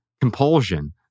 compulsion